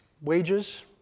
wages